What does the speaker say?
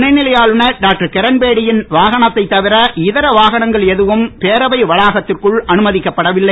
துணைநிலை ஆளுநர் டாக்டர் கிரண்பேடியின் வாகனத்தை தவிர இதர வாகனங்கள் எதுவும் பேரவை வளாகத்திற்குள் அனுமதிக்கப்படவில்லை